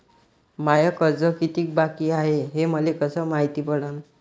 माय कर्ज कितीक बाकी हाय, हे मले कस मायती पडन?